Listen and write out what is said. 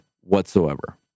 whatsoever